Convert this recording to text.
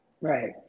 Right